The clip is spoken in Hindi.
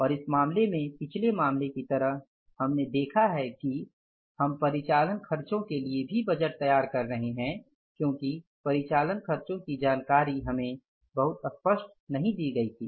और इस मामले में पिछले मामले की तरह हमने देखा है कि हम परिचालन खर्चों के लिए भी बजट तैयार कर रहे हैं क्योंकि परिचालन खर्चों की जानकारी हमें बहुत स्पष्ट नहीं दी गई थी